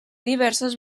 diverses